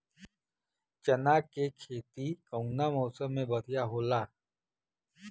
चना के खेती कउना मौसम मे बढ़ियां होला?